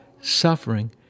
suffering